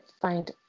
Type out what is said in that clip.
find